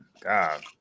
god